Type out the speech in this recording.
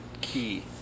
key